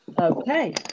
Okay